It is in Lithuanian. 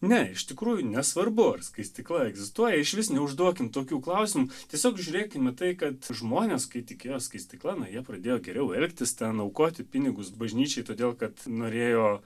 ne iš tikrųjų nesvarbu ar skaistykla egzistuoja išvis neužduokim tokių klausimų tiesiog žiūrėkim į tai kad žmonės kai tikėjo skaistykla na jie pradėjo geriau elgtis ten aukoti pinigus bažnyčiai todėl kad norėjo